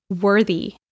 worthy